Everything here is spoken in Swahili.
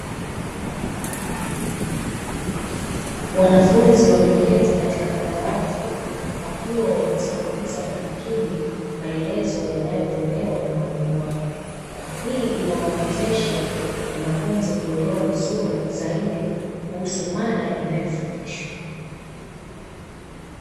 Wanafunzi wameketi katika madawati wakiwa wanasikiliza kwa makini, maelezo yanayotolewa na mwalimu wao, hii inawawezesha wanafunzi kuelewa vizuri zaidi kuhusu mada inayofundishwa.